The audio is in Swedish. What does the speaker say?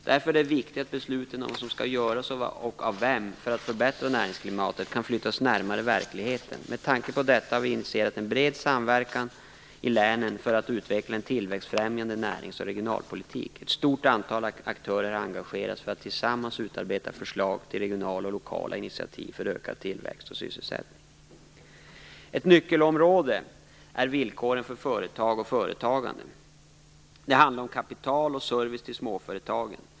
Därför är det viktigt att besluten om vad som skall göras och av vem för att förbättra näringsklimatet flyttas närmare verkligheten. Med tanke på detta har vi initierat en bred samverkan i länen för att utveckla en tillväxtfrämjande närings och regionalpolitik. Ett stort antal aktörer har engagerats för att tillsammans utarbeta förslag till regionala och lokala initiativ för ökad tillväxt och sysselsättning. Ett nyckelområde är villkoren för företag och företagande. Det handlar om kapital och service till småföretagen.